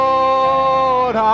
Lord